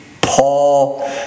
Paul